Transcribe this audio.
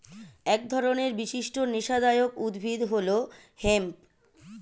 এক ধরনের বিশিষ্ট নেশাদায়ক উদ্ভিদ হল হেম্প